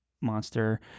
monster